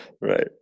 Right